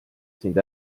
sind